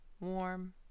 warm